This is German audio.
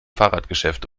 fahrradgeschäft